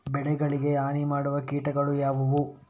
ಬೆಳೆಗಳಿಗೆ ಹಾನಿ ಮಾಡುವ ಕೀಟಗಳು ಯಾವುವು?